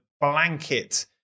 blanket